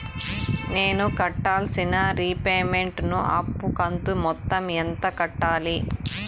నేను కట్టాల్సిన రీపేమెంట్ ను అప్పు కంతు మొత్తం ఎంత కట్టాలి?